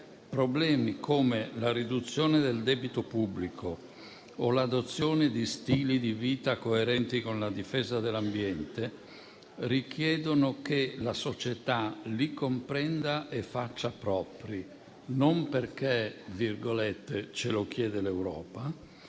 problemi come la riduzione del debito pubblico o l'adozione di stili di vita coerenti con la difesa dell'ambiente richiedono che la società li comprenda e faccia propri, non perché "ce lo chiede l'Europa",